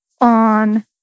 on